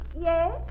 Yes